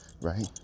right